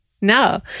No